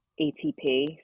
ATP